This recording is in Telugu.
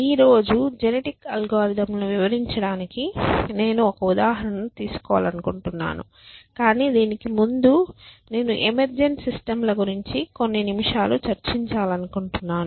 ఈ రోజు జెనెటిక్ అల్గోరిథంలను వివరించడానికి నేను ఒక ఉదాహరణ ను తీసుకోవాలనుకుంటున్నాను కానీ దీనికి ముందు నేను ఎమెర్జెన్ట్ సిస్టం ల గురించి కొన్ని నిమిషాలు చర్చించాలనుకుంటున్నాను